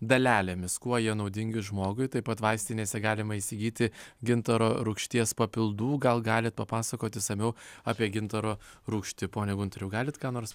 dalelėmis kuo jie naudingi žmogui taip pat vaistinėse galima įsigyti gintaro rūgšties papildų gal galite papasakoti išsamiau apie gintaro rūgštį pone gunteri galit ką nors